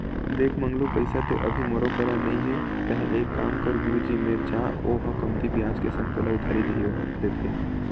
देख मंगलू पइसा तो अभी मोरो करा नइ हे तेंहा एक काम कर गुरुजी मेर जा ओहा कमती बियाज के संग तोला उधारी दिही ओहा देथे